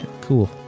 Cool